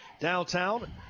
downtown